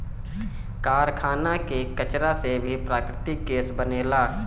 कारखाना के कचरा से भी प्राकृतिक गैस बनेला